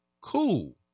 cool